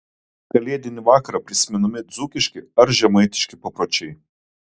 kalėdinį vakarą prisimenami dzūkiški ar žemaitiški papročiai